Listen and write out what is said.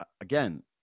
again